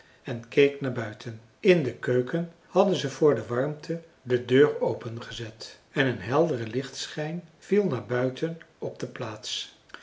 en keek naar buiten in de keuken hadden ze voor de warmte de deur open gezet en een heldere lichtschijn viel naar buiten op de plaats